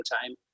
time